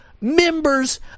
members